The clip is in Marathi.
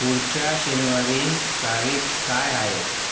पुढच्या शनिवारी तारीख काय आहे